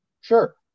Sure